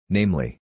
Namely